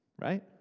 right